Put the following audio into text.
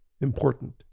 important